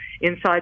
inside